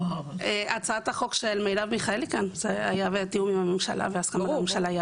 הצעת החוק של מרב מיכאלי הייתה בתיאום עם הממשלה ובהסכמה עם הממשלה.